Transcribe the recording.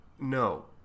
no